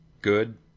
good